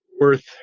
worth